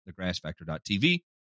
thegrassfactor.tv